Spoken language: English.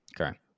Okay